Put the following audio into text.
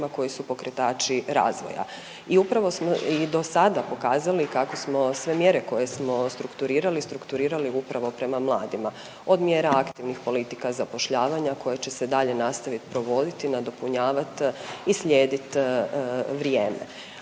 koji su pokretači razvoja. I upravo smo i dosada pokazali kako smo sve mjere koje smo strukturirali, strukturirali upravo prema mladima. Od mjera aktivnih politika zapošljavanja koje će se dalje nastavit provodit, nadopunjavat i slijedit vrijeme.